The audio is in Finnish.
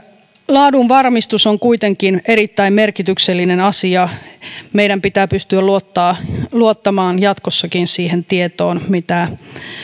laadunvarmistus on kuitenkin erittäin merkityksellinen asia meidän pitää pystyä luottamaan jatkossakin siihen tietoon mitä